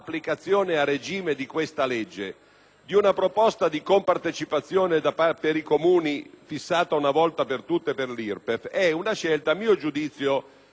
di una proposta di compartecipazione per i Comuni fissata una volta per tutte per l'IRPEF è una scelta, a mio giudizio, particolarmente avveduta.